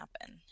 happen